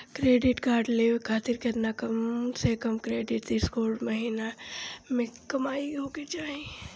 Credit card लेवे खातिर केतना कम से कम क्रेडिट स्कोर चाहे महीना के कमाई होए के चाही?